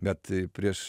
bet prieš